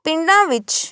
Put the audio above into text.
ਪਿੰਡਾਂ ਵਿੱਚ